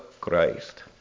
Christ